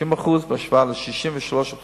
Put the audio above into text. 90% בהשוואה ל-63%